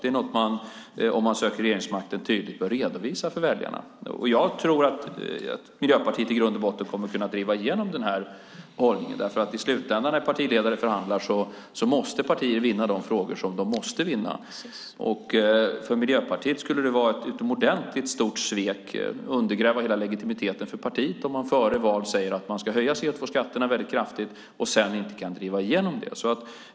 Det är något som man tydligt bör redovisa för väljarna om man söker regeringsmakten. Jag tror att Miljöpartiet i grund och botten kommer att kunna driva igenom den hållningen. När partiledare förhandlar måste partier i slutändan vinna de frågor som de måste vinna. För Miljöpartiet skulle det vara ett utomordentligt stort svek och undergräva hela legitimiteten för partiet om man före valet säger att man ska höja CO2-skatterna kraftigt och sedan inte kan driva igenom det.